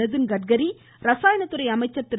நிதின்கட்காரி ரசாயனத்துறை அமைச்சர் திரு